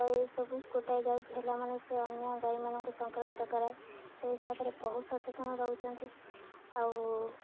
ତ ଏ ସବୁ ଗୋଟାଏ ଗାଈକୁ ହେଲା ମାନେ ସେ ଅନ୍ୟ ଗାଈମାନଙ୍କୁ ସଂକ୍ରାମିତ କରାଏ ସେ ହିସାବରେ ବହୁ ସଚେତନ ରହୁଛନ୍ତି ଆଉ